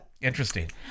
interesting